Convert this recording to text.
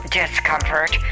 discomfort